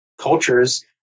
cultures